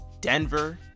Denver